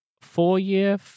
four-year